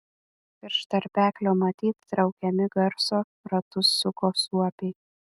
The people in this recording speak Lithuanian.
virš tarpeklio matyt traukiami garso ratus suko suopiai